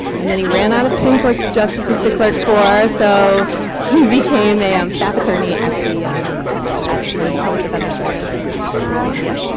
and then he ran out of supreme court justices to clerk for, so he became a um staff attorney at the at the public defender service for the district of columbia.